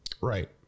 Right